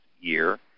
year